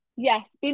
Yes